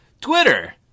Twitter